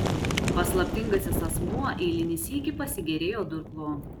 paslaptingasis asmuo eilinį sykį pasigėrėjo durklu